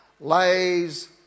lays